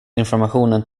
informationen